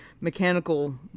mechanical